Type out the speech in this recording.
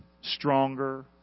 Stronger